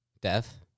Death